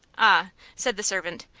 ah, said the servant,